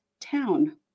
town